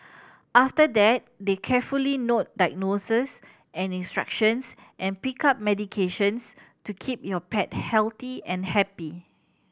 after that they carefully note diagnoses and instructions and pick up medications to keep your pet healthy and happy